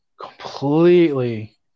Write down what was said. completely